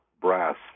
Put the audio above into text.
brass